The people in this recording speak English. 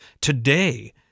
Today